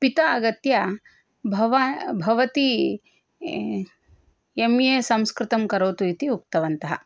पिता आगत्य भवा भवती एम् ए संस्कृतं करोतु इति उक्तवन्तः